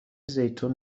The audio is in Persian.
زیتون